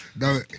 No